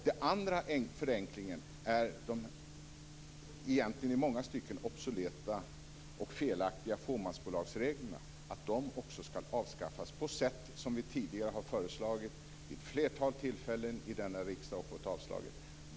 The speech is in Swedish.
Den andra förenklingen är att de egentligen i många stycken obsoleta och felaktiga fåmansbolagsreglerna också skall avskaffas på sätt som vi tidigare har föreslagit vid ett flertal tillfällen i denna riksdag och som avslagits.